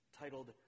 titled